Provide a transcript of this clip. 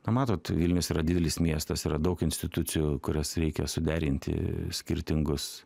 na matot vilnius yra didelis miestas yra daug institucijų kurias reikia suderinti skirtingus